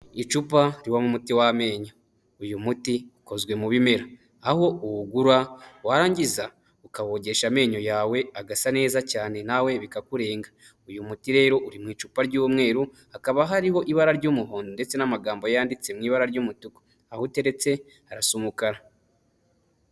Icupa ribamo umuti w'amenyo. Uyu muti ukozwe mu bimera. Aho uwugura warangiza ukawogesha amenyo yawe agasa neza cyane nawe bikakurenga. Uyu muti rero uri mu icupa ry'umweru, hakaba hariho ibara ry'umuhondo ndetse n'amagambo yanditse mu ibara ry'umutuku. Aho uteretse harasa umukara.